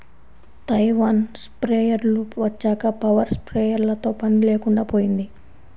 Taiwan స్ప్రేయర్లు వచ్చాక power స్ప్రేయర్లతో పని లేకుండా పోయింది